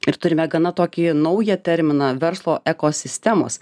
ir turime gana tokį naują terminą verslo ekosistemos